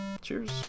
cheers